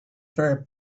fair